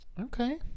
Okay